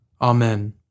Amen